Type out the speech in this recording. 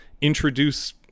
introduce